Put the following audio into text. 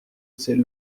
ses